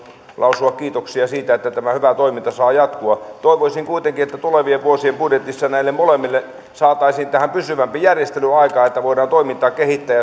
lausua kiitoksia siitä että tämä hyvä toiminta saa jatkua toivoisin kuitenkin että tulevien vuosien budjeteissa näille molemmille saataisiin tähän pysyvämpi järjestely aikaan että voidaan toimintaa kehittää